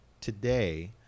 today